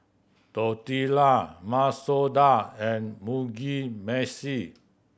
Tortilla Masoor Dal and Mugi